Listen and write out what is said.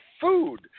food